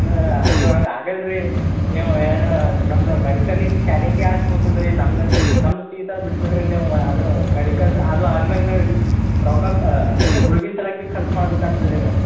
sir ಅದು ಹಂಗೆ ಆಗಲ್ಲ ರೀ ನೀವು ಏನು ನಮ್ಮದು ಮೆಡಿಕಲಿನ ಸ್ಕ್ಯಾನಿಂಗೇ ಅಷ್ಟು ಹೋಗ್ತದ್ ರೀ ನಮ್ದರ ನಮ್ದು ಫೀಸಾರೂ ಬಿಟ್ಟುಬಿಡ್ರಿ ನೀವು ಅದು ಮೆಡಿಕಲ್ದು ಅದು ಆಗ್ಮ್ಯಾಲ್ ನೀವು ರೊಕ್ಕ ಗುಳ್ಗೆ ಸಲ್ವಾಗ್ ಭೀ ಖರ್ಚು ಮಾಡ್ಬೇಕಾಗ್ತದೆ ರೀ ನೀವು